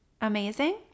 amazing